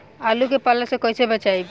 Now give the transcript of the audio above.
आलु के पाला से कईसे बचाईब?